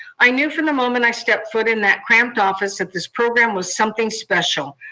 i knew from the moment i stepped foot in that cramped office that this program was something special.